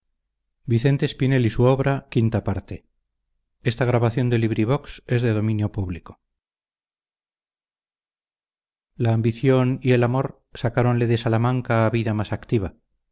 la ambición y el amor sacáronle de salamanca a vida más activa